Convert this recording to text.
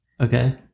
okay